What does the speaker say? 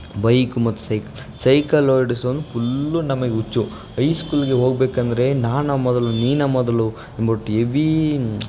bike ಮತ್ತು cycle cycle ಓಡಿಸೋನು full ನಮಗೆ ಹುಚ್ಚು ಹೈಸ್ಕೂಲಿಗೆ ಹೋಗಬೇಕಂದ್ರೆ ನಾನು ಮೊದಲು ನೀನು ಮೊದಲು ಎಂದ್ಬಿಟ್ ಎವೀ